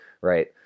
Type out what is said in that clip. Right